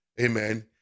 Amen